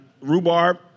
rhubarb